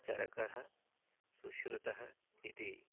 चरकः शुश्रुतः इति